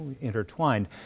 intertwined